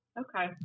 okay